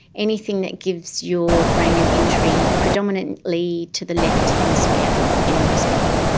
anything that gives your brain an injury predominantly to the left hemisphere in most people.